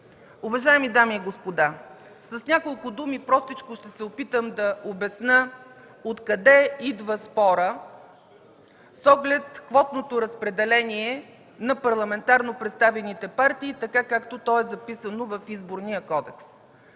Уважаеми дами и господа, с няколко думи простичко ще се опитам да обясня откъде идва спорът с оглед квотното разпределение на парламентарно представените партии, така както е записано в Изборния кодекс.